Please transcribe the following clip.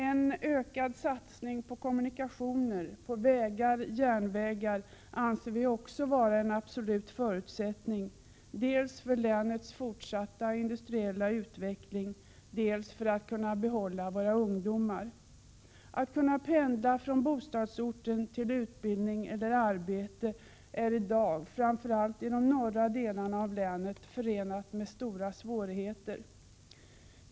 En ökad satsning på kommunikationer, på vägar och järnvägar, anser vi också vara en absolut förutsättning dels för länets fortsatta industriella utveckling, dels för att vi skall kunna behålla våra ungdomar. Att pendla från bostadsorten till utbildning eller arbetet är i dag — framför allt i norra delen av länet — förenat med stora svårigheter.